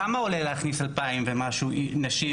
כמה עולה לנו להכניס אלפיים ומשהו נשים,